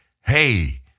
hey